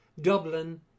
Dublin